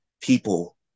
people